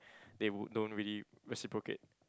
they would don't really reciprocate